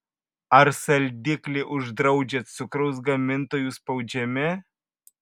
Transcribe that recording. ar saldiklį uždraudžia cukraus gamintojų spaudžiami